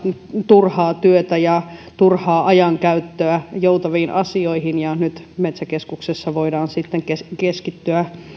turhaa työtä ja turhaa ajankäyttöä joutaviin asioihin ja nyt metsäkeskuksessa voidaan sitten keskittyä